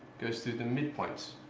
goes through the midpoints